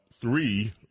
three